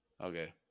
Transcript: Okay